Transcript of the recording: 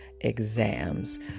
exams